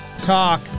talk